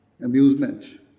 amusement